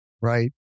right